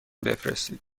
بفرستید